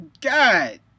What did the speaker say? God